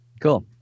Cool